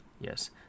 Yes